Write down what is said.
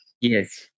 Yes